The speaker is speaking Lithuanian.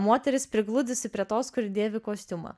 moteris prigludusi prie tos kuri dėvi kostiumą